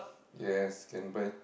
yes can buy